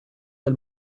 del